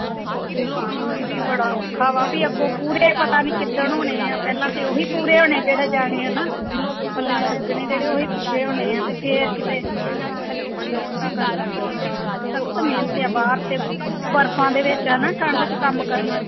ਓ ਹੋ ਹੋ ਹਾਂ ਇਹ ਵੀ ਬੜਾ ਔਖਾ ਵਾ ਵੀ ਅੱਗੋਂ ਪੂਰੇ ਪਤਾ ਨਹੀਂ ਕਿੱਦਣ ਹੋਣੇ ਆ ਪਹਿਲਾਂ ਤਾਂ ਓਹੀ ਪੂਰੇ ਹੋਣੇ ਜਿਹੜੇ ਜਾਣੇ ਆ ਨਾ ਪੱਲਿਓਂ ਲੱਗਣੇ ਜਿਹੜੇ ਉਹੀ ਪੂਰੇ ਹੋਣੇ ਆ ਅਤੇ ਫਿਰ ਕਿਤੇ ਮਿਹਨਤਾਂ ਕਰ ਕਰ ਕੇ ਸਖਤ ਮਿਹਨਤ ਆ ਬਾਹਰ ਤਾਂ ਬਰਫਾਂ ਦੇ ਵਿੱਚ ਹੈ ਨਾ ਠੰਡ 'ਚ ਕੰਮ ਕਰਨਾ